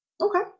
okay